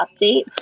update